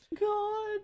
God